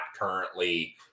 currently